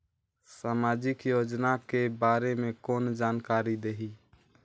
समाजिक योजना के बारे मे कोन जानकारी देही?